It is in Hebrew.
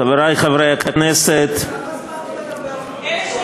חברי חברי הכנסת, אלה